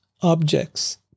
objects